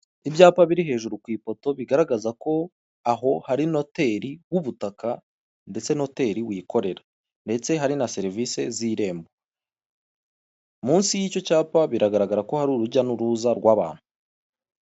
Ibyapa biri hejuru ku ipoto bigaragaza ko aho hari noteri w'ubutaka ndetse noteri wikorera, ndetse hari na serivisi z' iirembo munsi y'icyo cyapa biragaragara ko hari urujya n'uruza rw'abantu.